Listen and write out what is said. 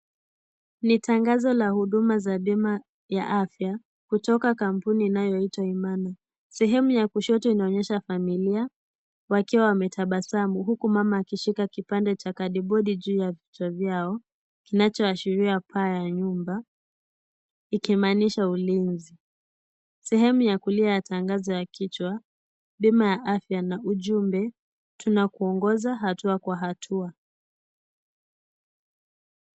Ni tangazo la huduma za bima ya afya, kutoka kampuni inayoitwa Imana. Sehemu ya kushoto inaonyesha familia, wakiwa wametabasamu huku mama akishika kipande cha kadi bodi juu ya vichwa vyao, kinachoashiria paa ya nyumba, ikimaanisha ulinzi. Sehemu ya kulia ya tangazo ya kichwa, bima ya afya na ujumbe tunakuongoza hatua kwa hatua.